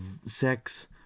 sex